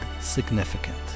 significant